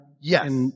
Yes